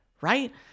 right